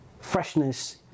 freshness